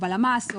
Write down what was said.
בהלמ"ס,